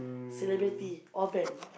celebrity or band